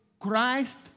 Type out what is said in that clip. Christ